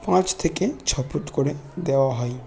পাঁচ থেকে ছ ফুট করে দেওয়া হয়